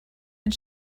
and